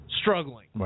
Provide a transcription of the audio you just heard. Struggling